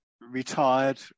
retired